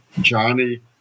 Johnny